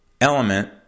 element